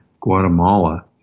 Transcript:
Guatemala